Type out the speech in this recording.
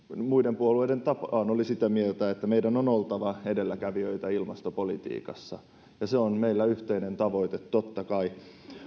muiden puolueiden tapaan oli sitä mieltä että meidän on oltava edelläkävijöitä ilmastopolitiikassa ja se on meillä yhteinen tavoite totta kai